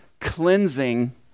cleansing